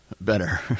Better